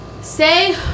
say